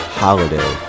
holiday